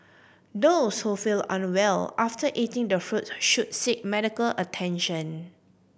those who feel unwell after eating the fruits should seek medical attention